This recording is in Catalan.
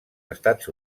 estats